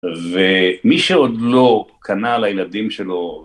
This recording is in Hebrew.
ומי שעוד לא קנה לילדים שלו...